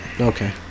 Okay